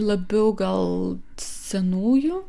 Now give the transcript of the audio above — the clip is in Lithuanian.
labiau gal senųjų